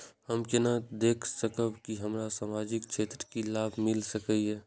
हम केना देख सकब के हमरा सामाजिक क्षेत्र के लाभ मिल सकैये?